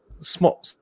Small